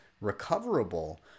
recoverable